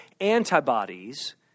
antibodies